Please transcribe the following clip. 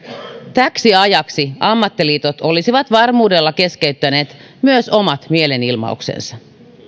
täksi ajaksi ammattiliitot olisivat varmuudella keskeyttäneet myös omat mielenilmauksensa